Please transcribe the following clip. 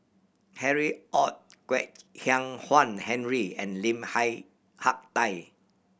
Harry Ord Kwek Hian Chuan Henry and Lim Hi Hak Tai